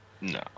No